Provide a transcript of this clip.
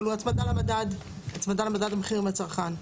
אבל הוא הצמדה למדד המחירים לצרכן.